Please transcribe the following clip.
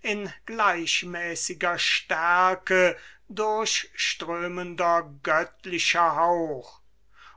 in gleichmäßiger stärke durchströmender göttlicher hauch